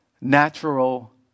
natural